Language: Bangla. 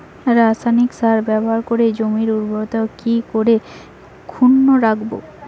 রাসায়নিক সার ব্যবহার করে জমির উর্বরতা কি করে অক্ষুণ্ন রাখবো